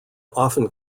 often